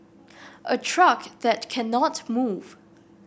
a truck that cannot move